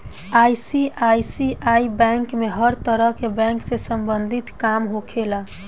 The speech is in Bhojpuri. आई.सी.आइ.सी.आइ बैंक में हर तरह के बैंक से सम्बंधित काम होखेला